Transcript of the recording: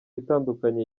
itandukanye